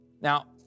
Now